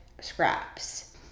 scraps